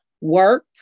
Work